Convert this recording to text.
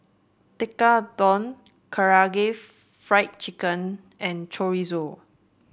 Tekkadon Karaage Fried Chicken and Chorizo